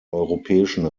europäischen